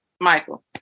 Michael